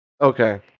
Okay